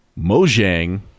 mojang